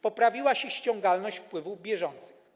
Poprawiła się ściągalność wpływów bieżących.